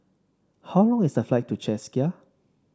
how long is the flight to Czechia